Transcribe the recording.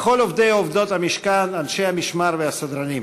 לכל עובדי ועובדות המשכן, אנשי המשמר והסדרנים,